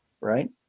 right